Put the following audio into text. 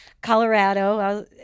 Colorado